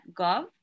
gov